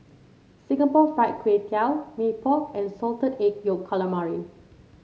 Singapore Fried Kway Tiao Mee Pok and Salted Egg Yolk Calamari